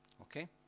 Okay